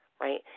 right